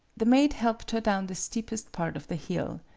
the maid helped her down the steepest part of the hill.